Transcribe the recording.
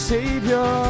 Savior